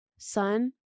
son